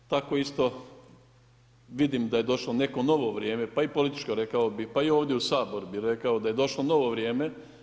Tako isto vidim da je došlo neko novo vrijeme pa i političko rekao bih, pa i ovdje u Saboru rekao bi da je došlo novo vrijeme.